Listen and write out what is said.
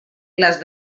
les